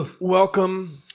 Welcome